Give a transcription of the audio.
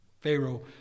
Pharaoh